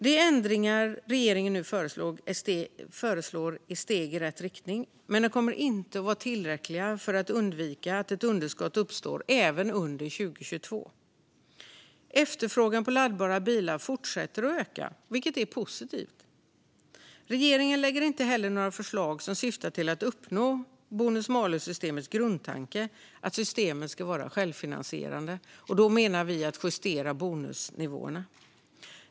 De ändringar regeringen nu föreslår är steg i rätt riktning, men de kommer inte att vara tillräckliga för att undvika att ett underskott uppstår även under 2022. Efterfrågan på laddbara bilar fortsätter att öka, vilket är positivt. Regeringen lägger inte heller fram några förslag som syftar till att uppnå bonus malus-systemets grundtanke: att systemet ska vara självfinansierande. Då menar vi att det handlar om att justera bonusnivåerna.